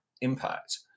impact